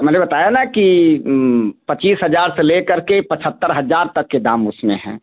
अब मैंने बताया ना कि पच्चीस हजार से लेकर के पचहत्तर हजार तक के दाम उसमें हैं